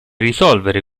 risolvere